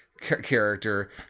character